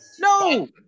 No